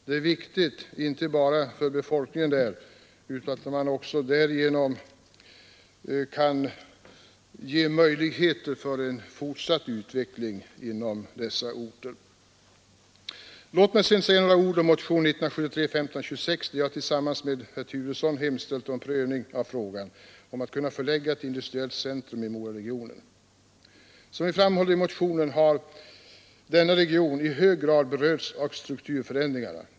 Det är viktigt inte bara för befolkningen där utan också för att man därigenom kan ge möjligheter till en fortsatt utveckling inom dessa orter. Jag vill sedan säga några ord om motionen 1526, där jag tillsammans med herr Turesson hemställt om prövning av frågan om att kunna förlägga ett industriellt centrum i Moraregionen. Som vi framhåller i motionen, har denna region i hög grad berörts av strukturförändringarna.